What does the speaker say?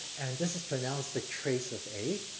and this is pronounced the trace of a,